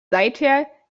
seither